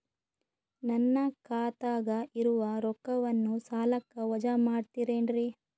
ನನ್ನ ಖಾತಗ ಇರುವ ರೊಕ್ಕವನ್ನು ಸಾಲಕ್ಕ ವಜಾ ಮಾಡ್ತಿರೆನ್ರಿ?